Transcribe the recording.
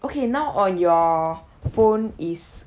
okay now on your phone is